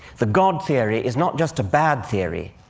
the god theory is not just a bad theory.